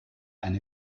eine